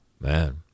man